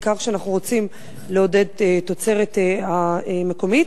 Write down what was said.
בעיקר כשאנחנו רוצים לעודד תוצרת מקומית.